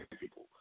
people